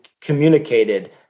communicated